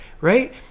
right